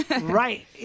Right